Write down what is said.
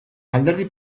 alderdi